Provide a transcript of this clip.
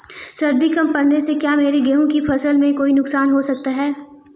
सर्दी कम पड़ने से क्या मेरे गेहूँ की फसल में कोई नुकसान हो सकता है?